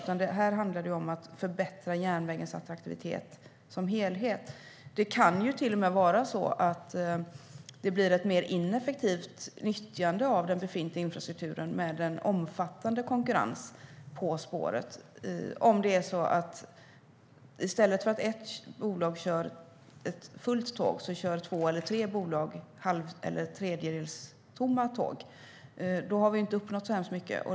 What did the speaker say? Här handlar det om att förbättra järnvägens attraktivitet som helhet. Nyttjandet av den befintliga infrastrukturen kan till och med bli mer ineffektivt med en omfattande konkurrens på spåret. Om det är två eller tre bolag som kör halvtomma eller tredjedelstomma tåg i stället för att ett bolag kör ett fullt tåg har vi inte uppnått så mycket.